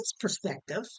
perspective